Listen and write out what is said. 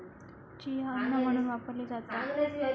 chia अन्न म्हणून वापरली जाता